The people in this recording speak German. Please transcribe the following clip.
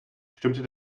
stimmte